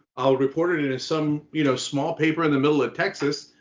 i'll report it in in some you know small paper in the middle of texas.